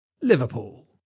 Liverpool